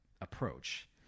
approach